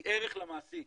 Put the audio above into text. היא ערך למעסיק,